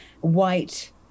white